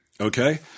okay